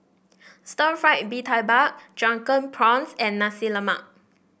Stir Fried Mee Tai Mak Drunken Prawns and Nasi Lemak